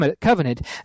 covenant